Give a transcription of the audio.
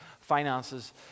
finances